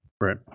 right